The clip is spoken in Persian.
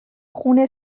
خون